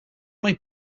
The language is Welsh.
mae